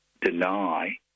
deny